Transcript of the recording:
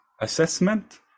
assessment